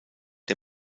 der